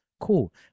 cool